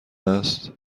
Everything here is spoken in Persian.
است